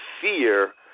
fear